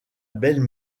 belle